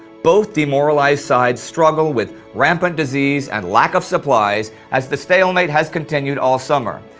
both demoralized sides struggle with rampant disease and lack of supplies as the stalemate has continued all summer.